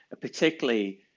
particularly